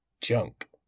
junk